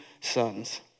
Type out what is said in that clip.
sons